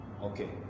Okay